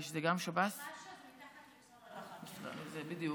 בדיוק.